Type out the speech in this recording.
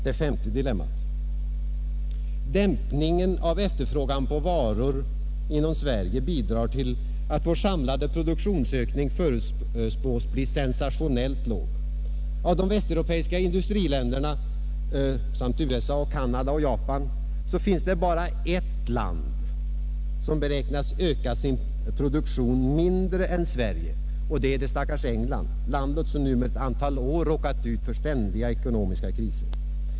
Det femte dilemmat: Dämpningen av efterfrågan på varor inom Sverige bidrar till att vår samlade produktionsökning förutspås bli sensationellt låg. Av de västeuropeiska industriländerna samt USA, Canada och Japan finns det bara ett land som beräknas öka sin produktion mindre än Sverige, och det är det stackars England — landet som nu under ett antal år råkat ut för ständiga ekonomiska kriser.